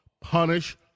Punish